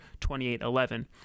2811